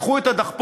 קחו את הדחפור,